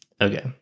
Okay